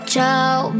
Ciao